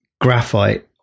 graphite